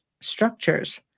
structures